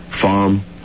Farm